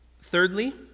thirdly